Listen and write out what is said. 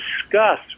discuss